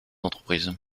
entreprises